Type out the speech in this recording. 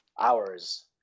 hours